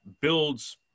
builds